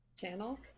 Channel